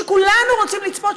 שכולנו רוצים לצפות,